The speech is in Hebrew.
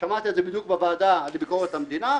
שמעת את זה בדיוק בוועדה לביקורת המדינה,